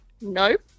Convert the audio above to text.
Nope